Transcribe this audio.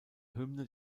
hymne